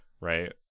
right